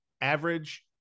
average